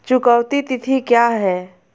चुकौती तिथि क्या है?